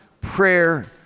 prayer